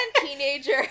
teenager